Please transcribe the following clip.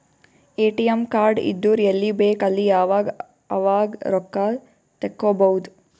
ATM card ಇದ್ದುರ್ ಎಲ್ಲಿ ಬೇಕ್ ಅಲ್ಲಿ ಯಾವಾಗ್ ಅವಾಗ್ ರೊಕ್ಕಾ ತೆಕ್ಕೋಭೌದು